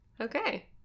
Okay